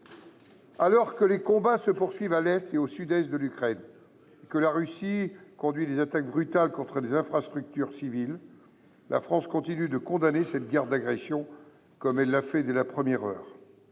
Alors que les combats se poursuivent à l’est et au sud est de l’Ukraine, et que la Russie conduit des attaques brutales contre des infrastructures civiles, la France continue de condamner cette guerre d’agression comme elle l’a fait dès la première heure.